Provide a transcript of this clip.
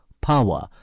power